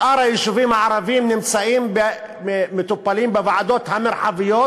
שאר היישובים הערביים מטופלים בוועדות המרחביות,